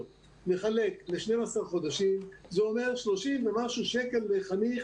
לחלק ל-12 חודשים זה אומר 30 ומשהו שקל לחניך,